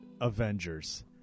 Avengers